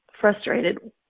frustrated